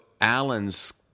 Allen's